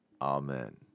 Amen